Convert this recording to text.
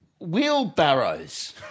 wheelbarrows